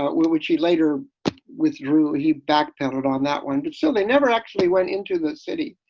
which he later withdrew, he backpedaled on that one did so they never actually went into the city.